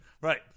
Right